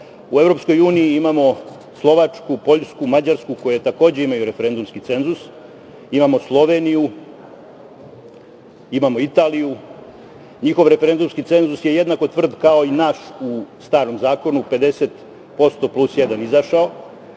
U EU imamo Slovačku, Poljsku, Mađarsku, koje takođe imaju referendumski cenzus. Imamo Sloveniju, imamo Italiju. Njihov referendumski cenzus je jednako tvrd kao i naš u starom zakonu - 50% plus jedan izašao,